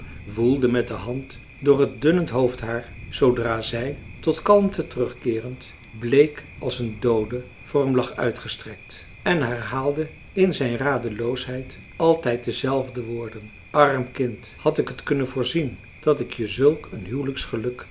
woelde met de hand door het dunnend hoofdhaar zoodra zij tot kalmte teruggekeerd bleek als een doode voor hem lag uitgestrekt en herhaalde in zijn radeloosheid altijd dezelfde woorden arm kind had ik het kunnen voorzien dat ik je zulk een